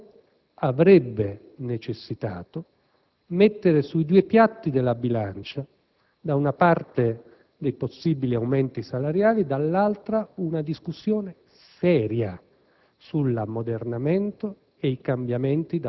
Io ritengo che questa azione avrebbe necessitato mettere sui due piatti della bilancia da una parte dei possibili aumenti salariali e, dall'altra, una discussione seria